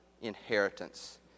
inheritance